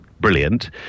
brilliant